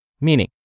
meaning